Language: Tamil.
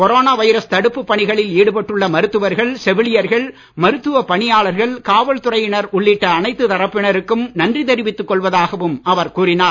கொரோனா வைரஸ் தடுப்பு பணிகளில் ஈடுபட்டுள்ள மருத்துவர்கள் செவிலியர்கள் மருத்துவப் பணியாளர்கள் காவல்துறையினர் உள்ளிட்ட அனைத்து தரப்பினருக்கும் நன்றி தெரிவித்துக் கொள்வதாகவும் அவர் கூறினார்